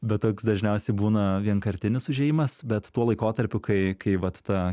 bet toks dažniausiai būna vienkartinis užėjimas bet tuo laikotarpiu kai kai vat ta